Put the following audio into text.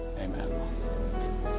amen